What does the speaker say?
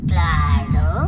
Claro